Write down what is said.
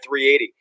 380